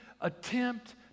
attempt